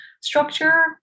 structure